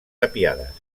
tapiades